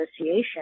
association